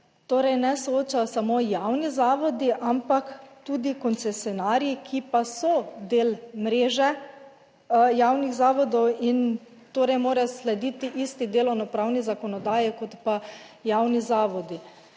torej ne soočajo samo javni zavodi, ampak tudi koncesionarji, ki pa so del mreže javnih zavodov in torej mora slediti isti delovnopravni zakonodaji kot pa javni zavodi.